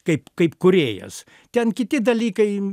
kaip kaip kūrėjas ten kiti dalykai